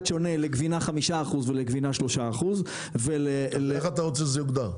שונה לגבינה 5% ולגבינה 3%. איך אתה רוצה שזה יוגדר?